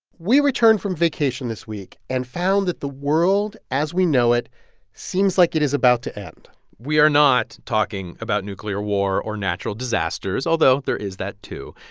we returned from vacation this week and found that the world as we know it seems like it is about to end we are not talking about nuclear war or natural disasters, although there is that, too.